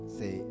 say